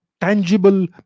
tangible